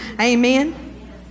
Amen